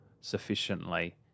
sufficiently